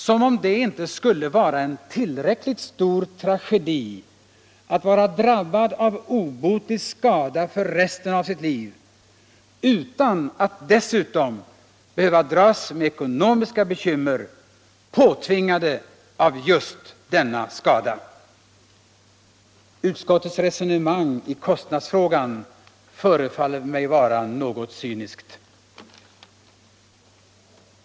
Som om det inte skulle vara en tillräckligt stor tragedi att vara drabbad av obotlig skada för resten av sitt liv, utan att dessutom behöva dras med ekonomiska bekymmer påtvingade av just denna skada! Utskottets resonemang i kostnadsfrågan förefaller mig vara något cyniskt!